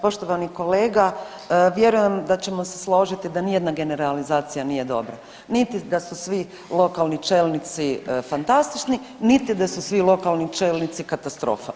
Poštovani kolega, vjerujem da ćemo se složiti da ni jedna realizacija nije dobra niti da su svi lokalni čelnici fantastični, niti da su svi lokalni čelnici katastrofa.